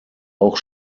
auch